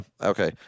okay